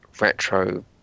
Retro